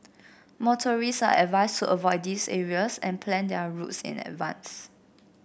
motorists are advised to avoid these areas and plan their routes in advance